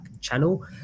channel